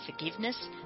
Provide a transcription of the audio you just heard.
forgiveness